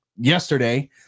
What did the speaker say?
yesterday